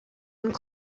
kommt